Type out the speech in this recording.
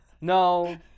No